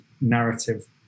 narrative